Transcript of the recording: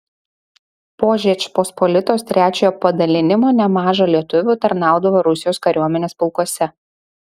po žečpospolitos trečiojo padalinimo nemaža lietuvių tarnaudavo rusijos kariuomenės pulkuose